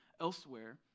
elsewhere